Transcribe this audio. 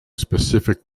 specific